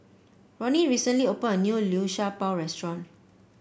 Roni recently opened a new Liu Sha Bao restaurant